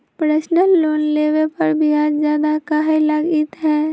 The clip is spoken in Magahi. पर्सनल लोन लेबे पर ब्याज ज्यादा काहे लागईत है?